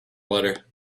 letter